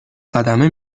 صدمه